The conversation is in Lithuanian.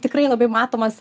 tikrai labai matomas